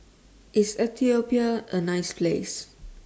IS Ethiopia A nice Place